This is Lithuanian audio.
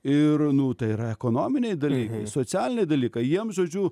ir nu tai yra ekonominiai dalykai socialiniai dalykai jiem žodžiu